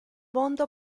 mondo